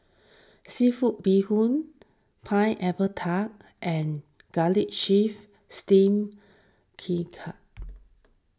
Seafood Bee Hoon Pineapple Tart and Garlic Chives Steamed